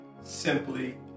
simply